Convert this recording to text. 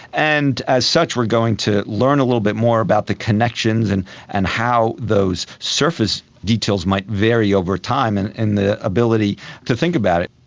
and as such we are going to learn a little bit more about the connections and and how those surface details might vary over time and and the ability to think about it.